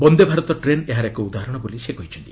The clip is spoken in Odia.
ବନ୍ଦେ ଭାରତ ଟ୍ରେନ୍ ଏହାର ଏକ ଉଦାହରଣ ବୋଲି ସେ କହିଛନ୍ତି